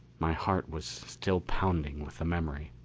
my heart was still pounding with the memory.